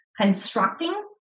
constructing